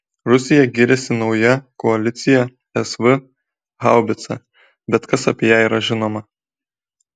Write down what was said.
rusija giriasi nauja koalicija sv haubica bet kas apie ją yra žinoma